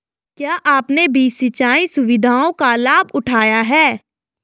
क्या आपने भी सिंचाई सुविधाओं का लाभ उठाया